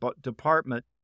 department